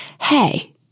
Hey